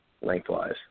lengthwise